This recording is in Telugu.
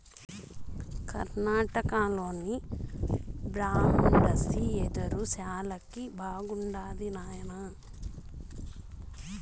కర్ణాటకలోని బ్రాండిసి యెదురు శాలకి బాగుండాది నాయనా